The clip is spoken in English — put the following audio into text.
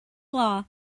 law